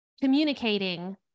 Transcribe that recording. communicating